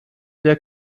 der